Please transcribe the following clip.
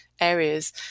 areas